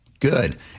Good